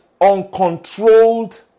uncontrolled